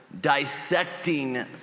dissecting